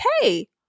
hey